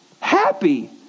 happy